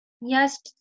Yes